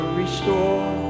restore